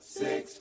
six